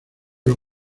los